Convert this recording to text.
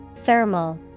Thermal